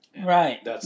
Right